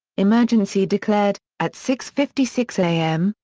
emergency declared at six fifty six a m,